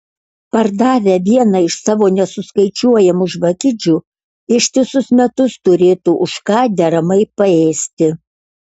pardavę vieną iš savo nesuskaičiuojamų žvakidžių ištisus metus turėtų už ką deramai paėsti